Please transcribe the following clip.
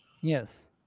Yes